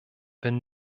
wenn